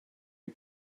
you